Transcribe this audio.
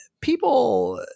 people